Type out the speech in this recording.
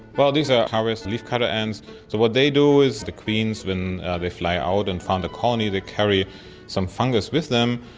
but these are ah are leafcutter ants, so what they do is the queens, when they fly out and find a colony, they carry some fungus with them,